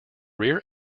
rear